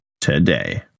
today